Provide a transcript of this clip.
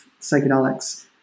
psychedelics